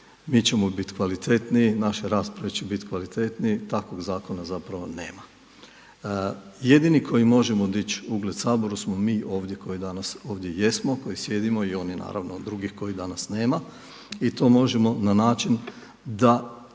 mi ćemo biti kvalitetniji, naše rasprave će biti kvalitetnije, takvog zakona zapravo nema. Jedini koji možemo dići ugled Saboru smo mi ovdje koji danas ovdje jesmo, koji sjedimo i onih naravno drugih kojih danas nema. I to možemo na način da